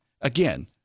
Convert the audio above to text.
again